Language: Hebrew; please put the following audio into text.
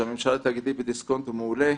שהממשל התאגידי בדיסקונט הוא מעולה.